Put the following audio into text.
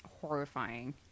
horrifying